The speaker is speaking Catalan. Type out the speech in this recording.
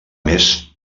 més